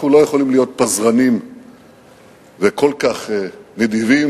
אנחנו לא יכולים להיות פזרנים וכל כך נדיבים,